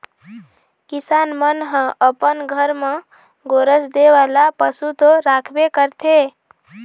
किसान मन ह अपन घर म गोरस दे वाला पशु तो राखबे करथे